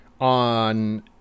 on